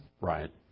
Right